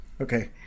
Okay